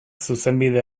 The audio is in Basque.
zuzenbide